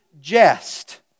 jest